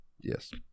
Yes